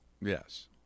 Yes